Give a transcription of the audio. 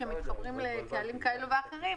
כשמתחברים לקהלים כאלו ואחרים,